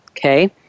Okay